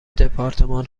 دپارتمان